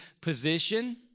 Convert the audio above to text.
position